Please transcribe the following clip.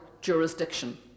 jurisdiction